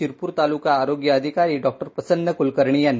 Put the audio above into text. शिरपूर ताल्क आरोग्य अधिकारी डॉ प्रसन्न क्लकर्णी यांनी